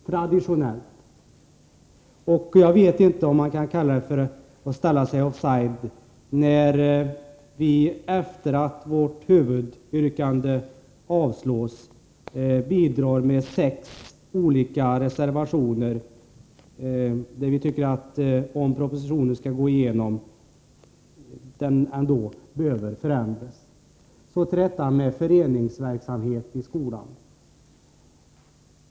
Jag vet inte om det är riktigt att beteckna det som att vi står offside, när vi efter det att vårt huvudyrkande avstyrkts bidrar med sex reservationer på punkter där vi tycker att propositionen behöver förändras innan den kan antas. Så till detta med föreningsverksamhet i skolan.